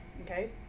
okay